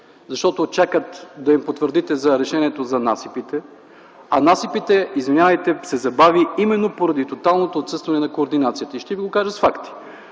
защото чакат да им потвърдите за решението за насипите, а насипите, извинявайте, ако се забави, е именно поради тоталното отсъстване на координацията. Ще Ви го кажа с факти.